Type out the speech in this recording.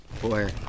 Boy